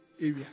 area